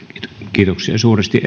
kiitoksia suuresti